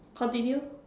continue